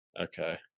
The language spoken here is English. Okay